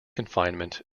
confinement